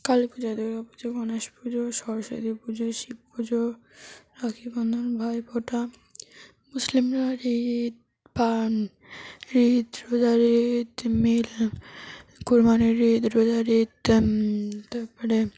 কালী পুজো দুর্গা পুজো গণেশ পুজো সরস্বতী পুজো শিব পুজো রাখীবন্ধন ভাইফোঁটা মুসলিমরা ঈদ পালন ঈদ রোজার ঈদ মিল কুরবানির ঈদ রোজার ঈদ তার পরে